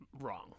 wrong